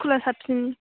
स्कुला साबसिन